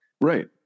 right